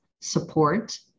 support